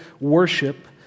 worship